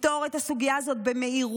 לפתור את הסוגיה הזאת במהירות,